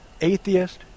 Atheist